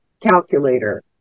calculator